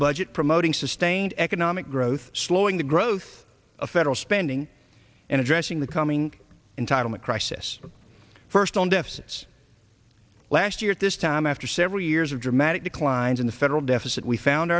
budget promoting sustained economic growth slowing the growth of federal spending and addressing the coming into a crisis first on deficits last year at this time after several years of dramatic declines in the federal deficit we found